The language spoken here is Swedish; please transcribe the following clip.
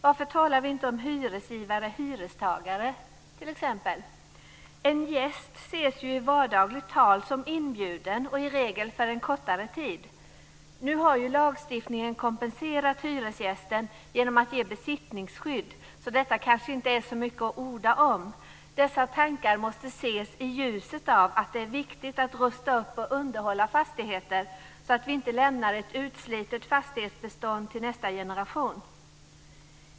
Varför talar vi inte om hyresgivare och hyrestagare t.ex.? En gäst ses ju i vardagligt tal som inbjuden och i regel för en kortare tid. Nu har lagstiftningen kompenserat hyresgästen genom att ge besittningsskydd, så detta kanske inte är så mycket att orda om. Dessa tankar måste ses i ljuset av att det är viktigt att rusta upp och underhålla fastigheter, så att vi inte lämnar ett utslitet fastighetsbestånd till nästa generation.